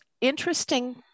interesting